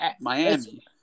Miami